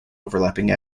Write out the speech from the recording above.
overlapping